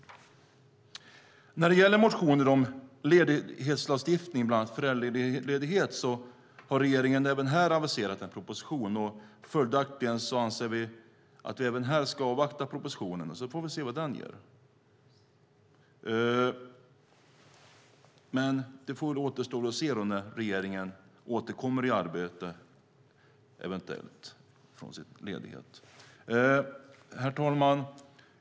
När det gäller motionen om ledighetslagstiftning, bland annat om föräldraledighet, har regeringen även på detta område aviserat en proposition. Följaktligen anser vi att vi även här ska avvakta och se vad propositionen ger. Det återstår att se när regeringen återgår i arbete efter sin ledighet. Herr talman!